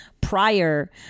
prior